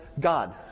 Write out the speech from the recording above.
God